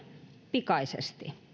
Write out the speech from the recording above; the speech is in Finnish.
pikaisesti